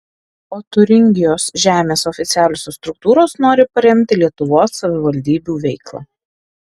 o tiūringijos žemės oficialiosios struktūros nori paremti lietuvos savivaldybių veiklą